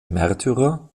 märtyrer